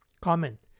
Comment